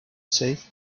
safe